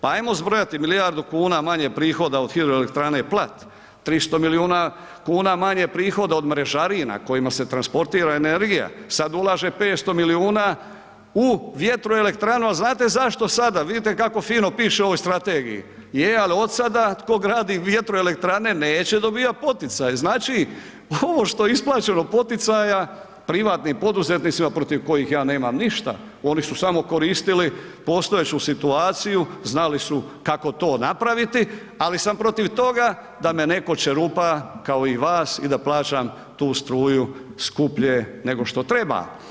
Pa ajmo zbrojati, milijardu kuna manje prihoda od HE Plat, 300 milijuna kuna manje prihoda od mrežarina kojima se transportira energija, sad ulaže 500 milijuna u vjetroelektranu a znate zašto sada, vidite kako fino piše u ovoj strategije, je ali od sada tko gradi vjetroelektrane, neće dobivat poticaj, znači ovo što je isplaćeno poticaja, privatnim poduzetnicima protiv kojih ja nemam ništa, oni su samo koristili postojeću situaciju, znali su kako to napraviti ali sam protiv toga da me neko čerupa kao i vas i da plaćam tu struju skuplje nego što treba.